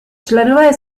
členové